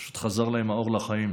פשוט חזר להם האור לחיים.